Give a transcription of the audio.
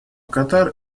катар